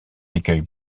accueil